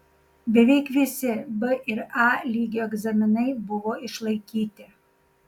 beveik visi b ir a lygio egzaminai buvo išlaikyti